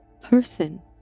person